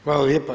Hvala lijepa.